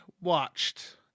Watched